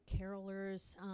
carolers